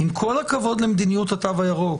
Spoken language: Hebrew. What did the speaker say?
עם כל הכבוד למדיניות התו הירוק,